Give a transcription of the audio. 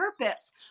purpose